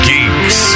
Geeks